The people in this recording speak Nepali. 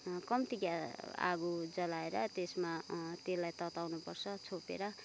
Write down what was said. कम्ति आगो जलाएर त्यसमा त्यसलाई तताउनु पर्छ छोपेर